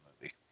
movie